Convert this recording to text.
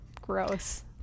gross